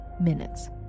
minutes